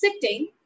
sitting